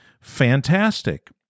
fantastic